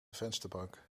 vensterbank